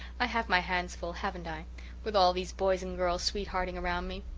i have my hands full, haven't i with all these boys and girls sweethearting around me?